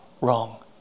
Wrong